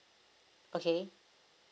okay